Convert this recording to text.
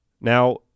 Now